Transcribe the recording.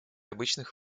обычных